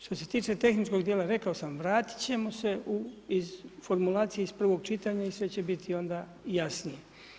Što se tiče tehničkog dijela, rekao sam, vratit ćemo se iz formulacije iz prvog čitanja i sve će biti onda jasnije.